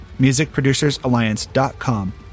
musicproducersalliance.com